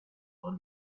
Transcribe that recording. for